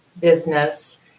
business